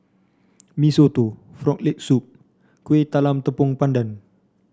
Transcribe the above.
Mee Soto Frog Leg Soup Kuih Talam Tepong Pandan